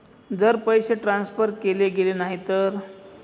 जर पैसे ट्रान्सफर केले गेले नाही तर?